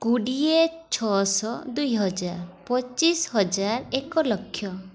କୋଡ଼ିଏ ଛଅଶହ ଦୁଇହଜାର ପଚିଶ ହଜାର ଏକଲକ୍ଷ